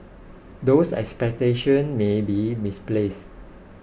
those expectations may be misplaced